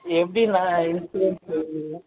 எப்படிண்ணா இன்சூரன்ஸ்